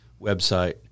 website